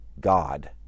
God